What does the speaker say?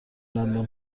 دندان